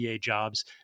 jobs